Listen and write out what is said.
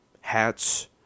hats